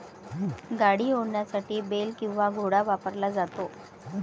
गाडी ओढण्यासाठी बेल किंवा घोडा वापरला जातो